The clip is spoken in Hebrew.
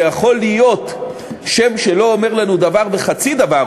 שיכול להיות שם שלא אומר לנו דבר וחצי דבר,